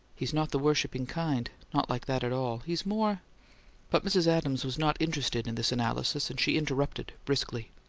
he's not the worshiping kind. not like that at all. he's more but mrs. adams was not interested in this analysis, and she interrupted briskly,